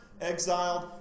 exiled